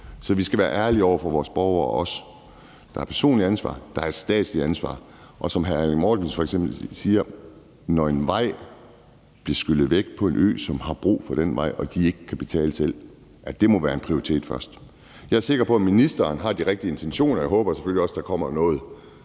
Så vi skal også være ærlige over for vores borgere. Der er et personligt ansvar, og der er et statsligt ansvar, og som hr. Erling Bonnesen f.eks. siger: Når en vej bliver skyllet væk på en ø, hvor man har brug for den vej, og man der ikke selv kan betale, så må det være noget, vi prioriterer først. Jeg er sikker på, at ministeren har de rigtige intentioner. Jeg håber selvfølgelig også, der kommer noget